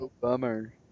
Bummer